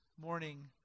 morning